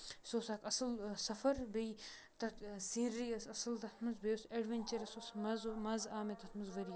سُہ اوس اکھ اَصل سَفر بیٚیہِ تَتھ سیٖنری ٲسۍ اَصٕل تَتھ منٛز بیٚیہِ اوس ایڈوینچرَس مَزٕ آو مےٚ تَتھ منٛز واریاہ